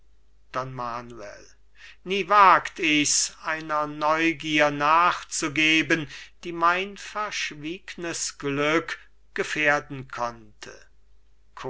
manuel nie wagt ich's einer neugier nachzugeben die mein verschwiegnes glück gefährden könnte